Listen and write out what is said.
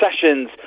sessions